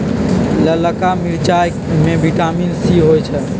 ललका मिरचाई में विटामिन सी होइ छइ